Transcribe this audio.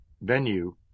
venue